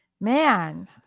man